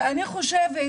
הן רוצות